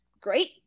great